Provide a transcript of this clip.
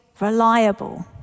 reliable